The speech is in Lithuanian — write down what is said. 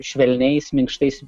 švelniais minkštais